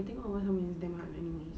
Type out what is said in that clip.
I think got wrong with them anyways